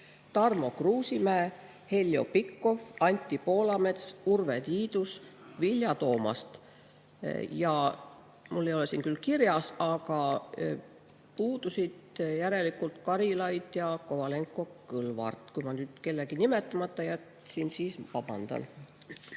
Tarmo Kruusimäe, Heljo Pikhof, Anti Poolamets, Urve Tiidus ja Vilja Toomast. Ja mul ei ole siin küll kirjas, aga puudusid järelikult Karilaid ja Kovalenko-Kõlvart. Kui ma nüüd kellegi nimetamata jätsin, siis palun vabandust.